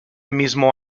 mismo